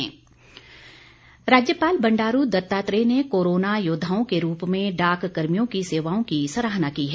राज्यपाल राज्यपाल बंडारू दत्तात्रेय ने कोरोना योद्दाओं के रूप में डाक कर्मियों की सेवाओं की सराहना की है